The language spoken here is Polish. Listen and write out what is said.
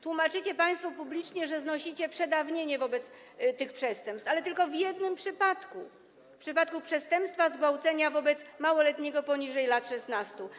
Tłumaczycie państwo publicznie, że znosicie przedawnienie wobec tych przestępstw, ale tylko w jednym przypadku, w przypadku przestępstwa zgwałcenia popełnionego wobec małoletniego poniżej lat 16.